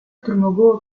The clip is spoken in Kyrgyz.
түрмөгө